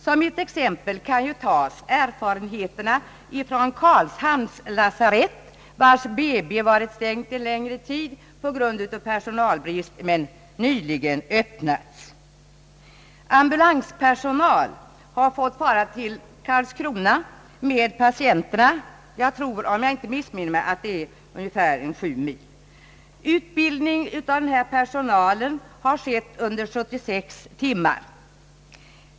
Som eit exempel kan tas erfarenheterna från Karlshamns lasarett, vars BB-avdelning varit stängd en längre tid på grund av personalbrist, men nyligen öppnats. Ambulanspersonal har fått fara till Karlskrona med patienterna — om jag inte missminner mig är det ungefär sju mil. Man har gett denna personal utbildning under 76 timmar.